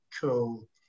cool